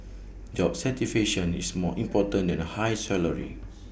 job satisfaction is more important than the high salary